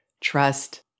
trust